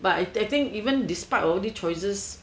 but I think even despite only choices